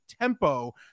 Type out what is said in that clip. tempo